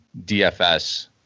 DFS